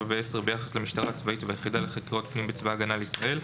(7) ו-(10) ביחס למשטרה הצבאית והיחידה לחקירות פנים בצבא הגנה לישראל.